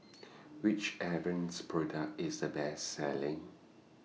Which Avene's Product IS A Best Selling